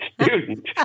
student